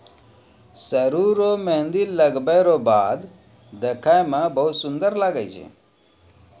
सरु रो मेंहदी लगबै रो बाद देखै मे बहुत सुन्दर लागै छै